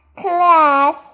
class